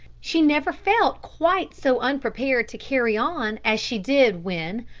she never felt quite so unprepared to carry on as she did when,